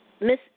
Miss